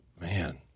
Man